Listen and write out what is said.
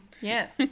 yes